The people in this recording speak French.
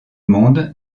monde